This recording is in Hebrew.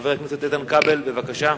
חבר הכנסת איתן כבל, בבקשה.